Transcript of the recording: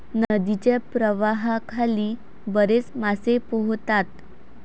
नदीच्या प्रवाहाखाली बरेच मासे पोहतात